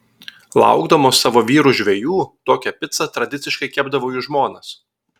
laukdamos savo vyrų žvejų tokią picą tradiciškai kepdavo jų žmonos